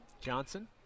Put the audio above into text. Johnson